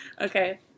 Okay